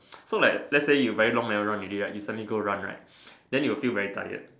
so like let's say you very long never run already right then recently you go run you will feel very tired